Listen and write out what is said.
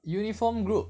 uniform group